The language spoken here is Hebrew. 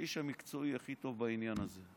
האיש המקצועי הכי טוב בעניין הזה.